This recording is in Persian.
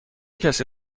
کسی